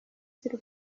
z’i